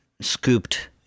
scooped